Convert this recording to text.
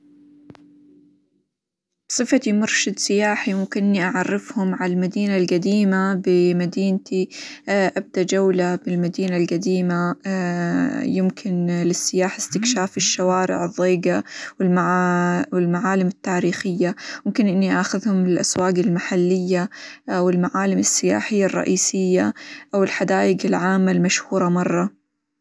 بصفتي مرشد سياحي ممكن إني أعرفهم على المدينة القديمة بمدينتي أبدأ جولة بالمدينة القديمة، يمكن للسياح استكشاف الشوارع الظيقة، -والمعا- والمعالم التاريخية، ممكن إنى آخذهم للأسواق المحلية، والمعالم السياحية الرئيسية، أو الحدايق العامة المشهورة مرة.